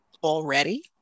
already